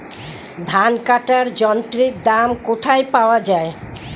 ধান কাটার যন্ত্রের দাম কোথায় পাওয়া যায়?